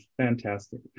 Fantastic